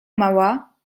mała